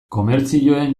komertzioen